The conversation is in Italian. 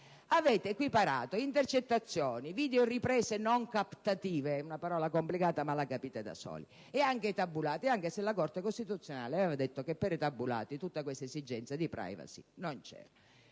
Avete equiparato intercettazioni, videoriprese non captative - parola complicata, che capite da soli - e anche tabulati, anche se la Corte costituzionale aveva detto che per i tabulati tutta questa esigenza di *privacy* non c'era.